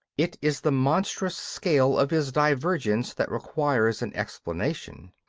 it is the monstrous scale of his divergence that requires an explanation.